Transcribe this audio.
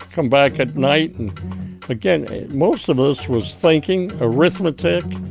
come back at night and again most of us was thinking arithmetic,